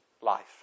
life